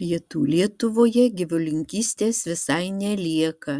pietų lietuvoje gyvulininkystės visai nelieka